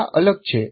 આ અલગ છે